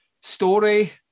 story